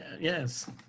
yes